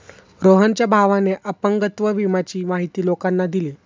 रोहनच्या भावाने अपंगत्व विम्याची माहिती लोकांना दिली